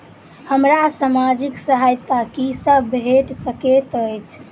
हमरा सामाजिक सहायता की सब भेट सकैत अछि?